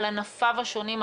על ענפיו השונים,